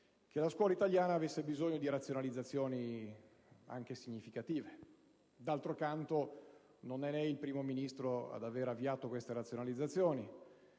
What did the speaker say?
che la scuola italiana avesse bisogno di alcune razionalizzazioni. D'altro canto, non è lei il primo Ministro ad aver avviato queste razionalizzazioni;